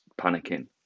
panicking